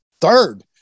third